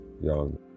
young